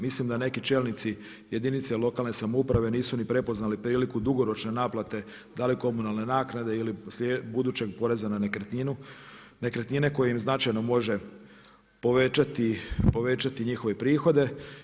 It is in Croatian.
Mislim da neki čelnici jedinice lokalne samouprave nisu ni prepoznali priliku dugoročne naplate, da li komunalne naknade ili budućeg poreza na nekretninu, nekretnine koje im značajno može povećati njihove prihode.